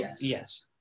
Yes